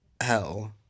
hell